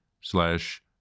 slash